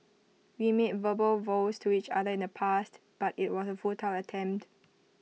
we made verbal vows to each other in the past but IT was A futile attempt